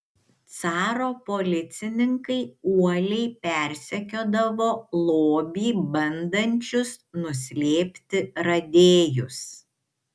caro policininkai uoliai persekiodavo lobį bandančius nuslėpti radėjus